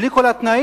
בלי כל התנאים,